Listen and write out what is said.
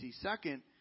Second